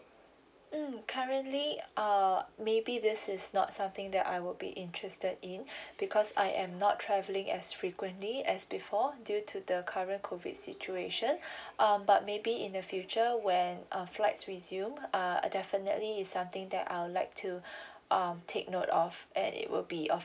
mm currently err maybe this is not something that I would be interested in because I am not travelling as frequently as before due to the current COVID situation um but maybe in the future when uh flights resume err definitely is something that I'll like to um take note of at it will be of